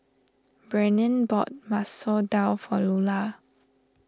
Brennen bought Masoor Dal for Lular